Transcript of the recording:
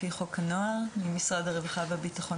לפי חוק הנוער ממשרד הרווחה והביטחון